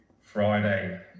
Friday